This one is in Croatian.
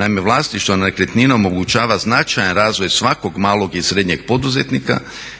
Naime, vlasništvo nad nekretninom omogućava značajan razvoj svakog malog i srednjeg poduzetnika